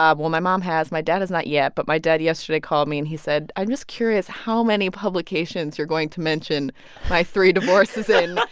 um well, my mom has. my dad has not yet. but my dad, yesterday, called me. and he said, i'm just curious how many publications you're going to mention my three divorces in. and